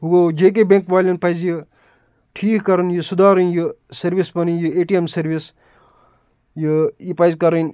وۄنۍ گوٚو J K bank والٮ۪ن پَزِ یہِ ٹھیٖک کَرُن یہِ سُدھارُن یہِ سٔروِس پَنٕنۍ یہِ اے ٹی اٮ۪م سٔروِس یہِ یہِ پَزِ کَرٕنۍ